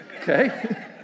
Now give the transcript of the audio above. okay